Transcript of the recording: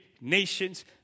nations